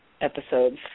episodes